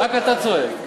רק אתה צועק.